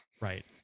right